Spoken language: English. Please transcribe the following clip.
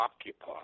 occupy